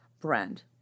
brand